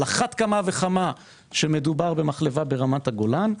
על אחת כמה וכמה כשמדובר במחלבה ברמת הגולן.